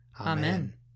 Amen